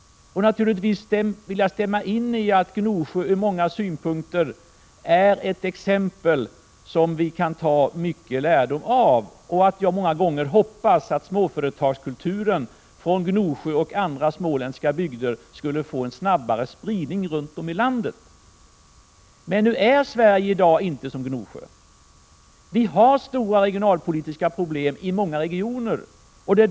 Naturligtvis vill jag instämma i att Gnosjö ur många synpunkter är ett Prot. 1986/87:128 exempel som vi kan dra mycken lärdom av. Jag hoppas också att småföre 21 maj 1987 tagskulturen från Gnosjö och andra småländska bygder skall få en snabbare spridning runt om i landet. Men Sverige är i dag inte som Gnosjö. Vi har stora regionalpolitiska problem i många regioner.